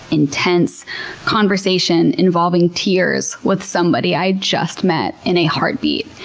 intense conversation involving tears with somebody i just met, in a heartbeat.